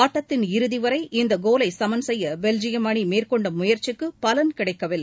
ஆட்டத்தின் இறுதிவரை இந்த கோலை சமன் செய்ய பெல்ஜியம் அணி மேற்கொண்ட முயற்சிக்கு பலன் கிடைக்கவில்லை